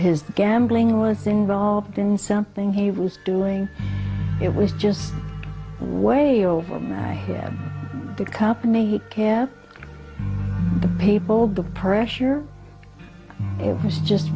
his gambling with involved in something he was doing it was just way over my head to company care people the pressure it was just